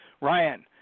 Ryan